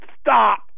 stop